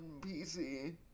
PC